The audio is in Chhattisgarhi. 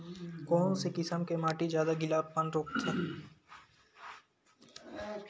कोन से किसम के माटी ज्यादा गीलापन रोकथे?